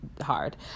hard